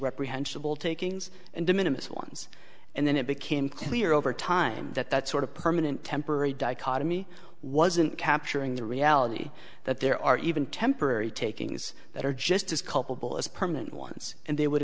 reprehensible takings and de minimus ones and then it became clear over time that that sort of permanent temporary dichotomy wasn't capturing the reality that there are even temporary takings that are just as culpable as permanent ones and they would